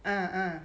uh uh